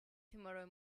tomorrow